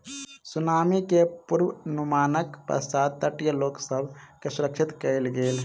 tsunami के पुर्वनुमानक पश्चात तटीय लोक सभ के सुरक्षित कयल गेल